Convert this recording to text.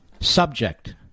Subject